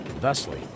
Thusly